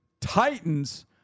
Titans